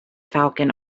falcon